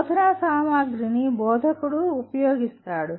బోధనా సామగ్రిని బోధకుడు ఉపయోగిస్తాడు